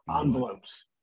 Envelopes